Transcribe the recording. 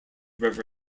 river